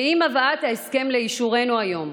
ועם הבאת ההסכם לאישורנו היום,